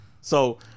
So-